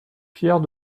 pierre